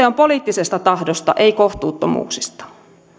on poliittisesta tahdosta ei kohtuuttomuuksista